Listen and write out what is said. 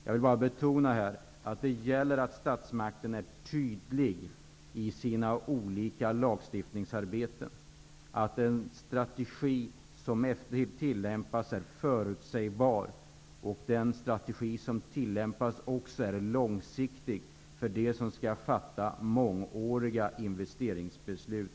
Jag vill betona att det gäller att statsmakten är tydlig i sina olika lagstiftningsarbeten, att den strategi som tillämpas är förutsägbar och på detta område också långsiktig för dem som skall fatta mångåriga investeringsbeslut.